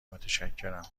متشکرم